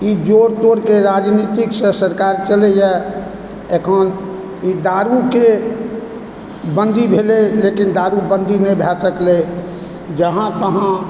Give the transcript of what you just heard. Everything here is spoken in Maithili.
ई जोड़ तोड़के राजनीतिसँ सरकार चलैए एखन ई दारुकेँ बन्दी भेलै लेकिन दारु बन्दी नहि भए सकलै जहाँ तहाँ